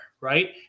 right